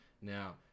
Now